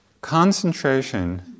Concentration